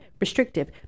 restrictive